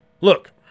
Look